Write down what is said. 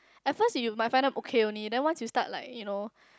at first you might find out okay only then once you start like you know